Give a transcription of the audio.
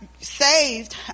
saved